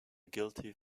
guilty